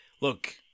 look